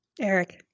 Eric